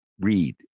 read